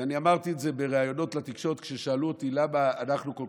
ואני אמרתי את זה בראיונות לתקשורת כששאלו אותי למה אנחנו כל